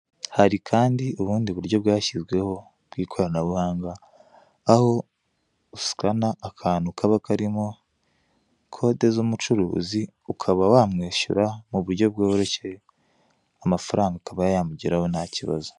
Hari kandi ubundi buryo bwashyizweho bw'ikoranabuhanga, aho usikana akantu kaba karimo kode z'umucuruzi, ukaba wamwishyura mu buryo bworoshye; amafaranga akaba yamugeraho nta kibazo.